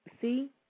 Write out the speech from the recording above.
See